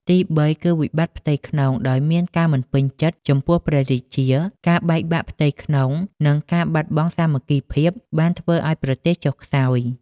ទីបីគឺ វិបត្តិផ្ទៃក្នុង ដោយមានការមិនពេញចិត្តចំពោះព្រះរាជា ការបែកបាក់ផ្ទៃក្នុង និងការបាត់បង់សាមគ្គីភាពបានធ្វើឱ្យប្រទេសចុះខ្សោយ។